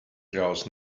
klaus